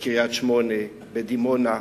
בקריית-שמונה, בדימונה.